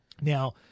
Now